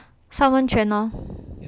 some 温泉 lor